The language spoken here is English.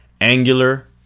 angular